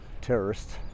terrorists